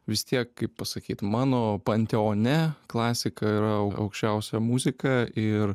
vis tiek kaip pasakyt mano panteone klasika yra au aukščiausia muzika ir